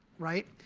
right?